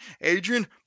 Adrian